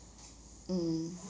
mm